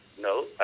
No